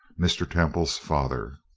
mr. temple's father.